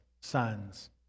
sons